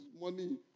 money